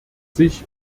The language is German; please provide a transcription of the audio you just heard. sich